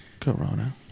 Corona